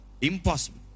impossible